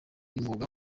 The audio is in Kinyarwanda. y’umwuga